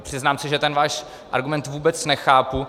Přiznám se, že ten váš argument vůbec nechápu.